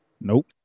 Nope